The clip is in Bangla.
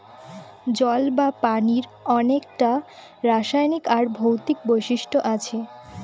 জল বা পানির অনেককটা রাসায়নিক আর ভৌতিক বৈশিষ্ট্য আছে